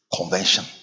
convention